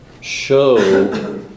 show